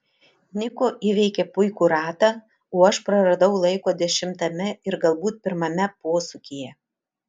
niko įveikė puikų ratą o aš praradau laiko dešimtame ir galbūt pirmame posūkyje